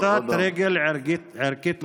פשיטת רגל ערכית מוחלטת.